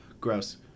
Gross